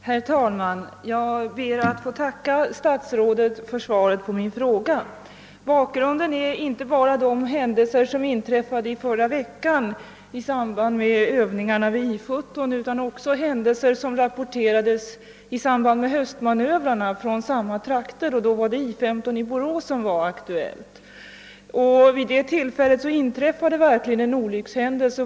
Herr talman! Jag ber att få tacka för svaret på min fråga. Bakgrunden till frågan är inte bara cykeltolkningen i förra veckan i samband med övningarna vid I 17 utan också händelser som rapporterades i sambänd med höstmanövrarna i samma trakter — det gällde då I 15 i Borås. Vid det tillfället inträffade verkligen en olyckshändelse.